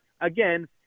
again